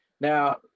Now